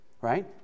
right